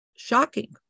Shocking